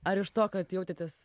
ar iš to kad jautėtės